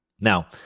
Now